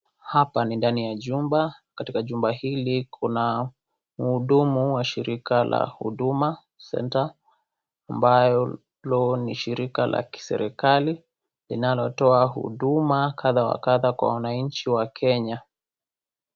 Hapa ni ndani ya jumba. Katika jumba hili kuna mhudumu wa shirika la huduma centre ambalo ni shirika la kiserikali linalotoa huduma kadha wa kadha kwa wananchi wa Kenya.